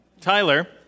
Tyler